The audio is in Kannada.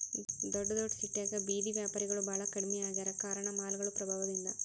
ದೊಡ್ಡದೊಡ್ಡ ಸಿಟ್ಯಾಗ ಬೇಡಿ ವ್ಯಾಪಾರಿಗಳು ಬಾಳ ಕಡ್ಮಿ ಆಗ್ಯಾರ ಕಾರಣ ಮಾಲ್ಗಳು ಪ್ರಭಾವದಿಂದ